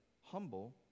humble